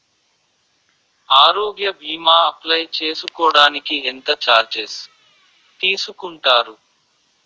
ఆరోగ్య భీమా అప్లయ్ చేసుకోడానికి ఎంత చార్జెస్ తీసుకుంటారు?